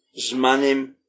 zmanim